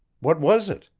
what was it?